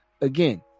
again